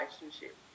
relationship